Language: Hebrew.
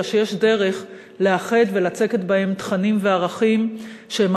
אלא שיש דרך לאחד ולצקת בהן תכנים וערכים שהם